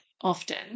often